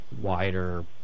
wider